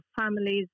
families